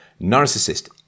narcissist